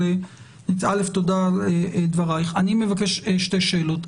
א', תודה על דברייך, אני מבקש שתי שאלות.